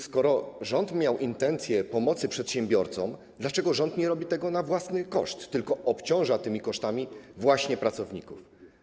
Skoro rząd miał intencje pomocy przedsiębiorcom, dlaczego nie robi tego na własny koszt, tylko obciąża tymi kosztami właśnie pracowników?